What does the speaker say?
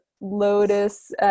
lotus